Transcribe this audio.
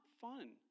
fun